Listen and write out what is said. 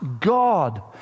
god